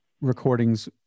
recordings